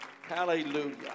Hallelujah